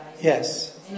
Yes